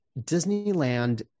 Disneyland